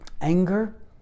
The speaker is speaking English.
Anger